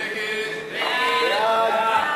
ההסתייגות של קבוצת סיעת מרצ, קבוצת סיעת העבודה,